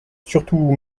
surtout